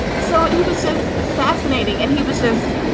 so it was just fascinating and he was just,